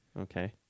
Okay